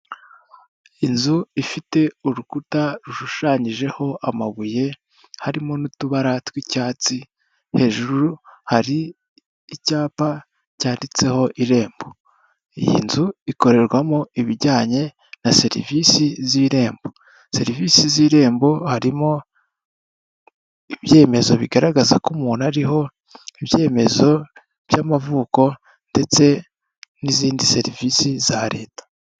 Inzu ifite urukuta rushushanyijeho amabuye harimo n'utubara tw'icyatsi, hejuru hari icyapa cyanditseho irembo, iyi nzu ikorerwamo ibijyanye na serivisi z'irembo, serivisi z'irembo harimo ibyemezo bigaragaza ko umuntu ariho, ibyemezo by'amavuko ndetse n'izindi serivisi za leta.